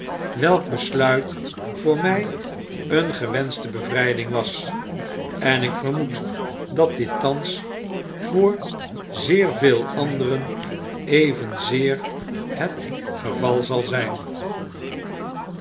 welk besluit voor ray een gewenschte bevryding was en ik vermoed dat dit tbans voor zeer veel anderen evenzeer het geval zal zp